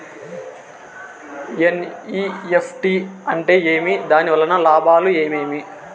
NEFT అంటే ఏమి? దాని వలన లాభాలు ఏమేమి